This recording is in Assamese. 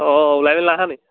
অঁ ওলাই মেলি নাই অহা নেকি